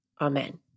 Amen